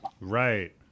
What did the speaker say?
Right